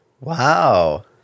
Wow